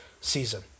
season